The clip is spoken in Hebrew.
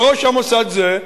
וראש המוסד זה,